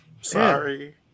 Sorry